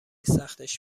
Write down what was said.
سختش